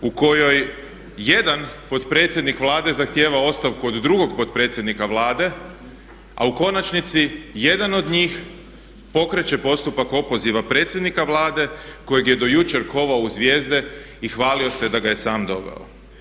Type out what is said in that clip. U kojoj jedan potpredsjednik Vlade zahtjeva ostavku od drugog potpredsjednika Vlade a u konačnici jedan od njih pokreće postupak opoziva predsjednika Vlade kojeg je do jučer kovao u zvijezde i hvalio se da ga je sam doveo.